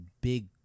big